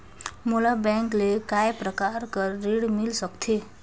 मोला बैंक से काय प्रकार कर ऋण मिल सकथे?